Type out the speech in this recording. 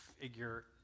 figure